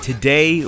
Today